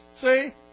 See